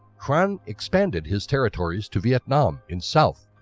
yuan expanded his territories to vietnam in south,